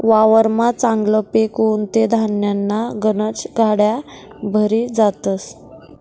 वावरमा चांगलं पिक उनं ते धान्यन्या गनज गाड्या भरी जातस